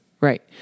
Right